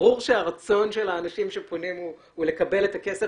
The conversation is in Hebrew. ברור שהרצון של האנשים שפונים הוא לקבל את סכום הכסף